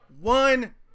one